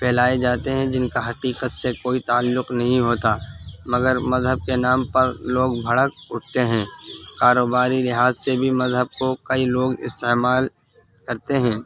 پھیلائے جاتے ہیں جن کا حقیقت سے کوئی تعلق نہیں ہوتا مگر مذہب کے نام پر لوگ بھڑک اٹھتے ہیں کاروباری لحاظ سے بھی مذہب کو کئی لوگ استعمال کرتے ہیں